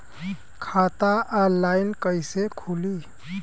खाता ऑनलाइन कइसे खुली?